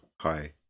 Hi